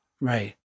Right